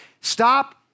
stop